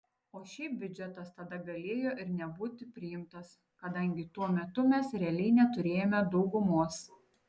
o šiaip biudžetas tada galėjo ir nebūti priimtas kadangi tuo metu mes realiai neturėjome daugumos